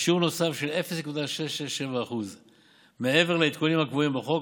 בשיעור נוסף של 0.667% מעבר לעדכונים הקבועים בחוק,